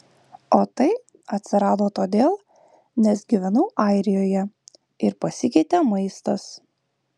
o tai atsirado todėl nes gyvenau airijoje ir pasikeitė maistas